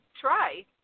try